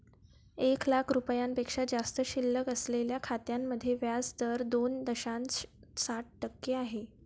एक लाख रुपयांपेक्षा जास्त शिल्लक असलेल्या खात्यांमध्ये व्याज दर दोन दशांश सात टक्के आहे